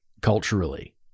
culturally